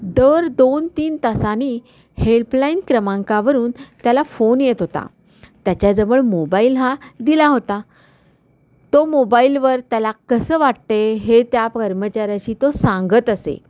दर दोन तीन तासांनी हेल्पलाईन क्रमांकावरून त्याला फोन येत होता त्याच्याजवळ मोबाईल हा दिला होता तो मोबाईलवर त्याला कसं वाटते हे त्या कर्मचाऱ्याशी तो सांगत असे